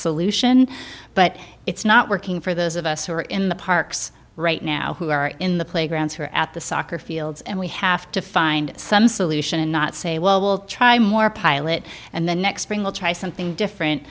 solution but it's not working for those of us who are in the parks right now who are in the playgrounds who are at the soccer fields and we have to find some solution and not say well we'll try more pilot and the next spring we'll try something different